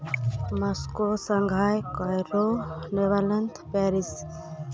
Moscow Shanghai Cairo Paris